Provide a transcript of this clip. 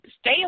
stay